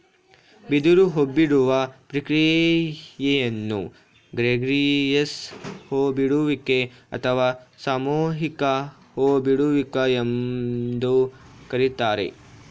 ಬಿದಿರು ಹೂಬಿಡುವ ಪ್ರಕ್ರಿಯೆಯನ್ನು ಗ್ರೆಗೇರಿಯಸ್ ಹೂ ಬಿಡುವಿಕೆ ಅಥವಾ ಸಾಮೂಹಿಕ ಹೂ ಬಿಡುವಿಕೆ ಎಂದು ಕರಿತಾರೆ